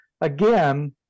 again